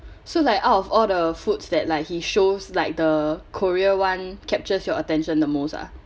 so like out of all the foods that like he shows like the korea [one] captures your attention the most ah